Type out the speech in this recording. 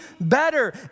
better